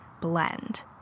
blend